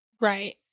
Right